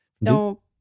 no